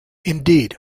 indeed